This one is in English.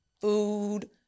food